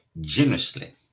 generously